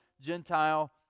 Gentile